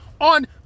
on